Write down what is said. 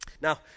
Now